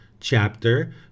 chapter